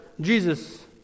Jesus